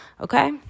okay